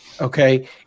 Okay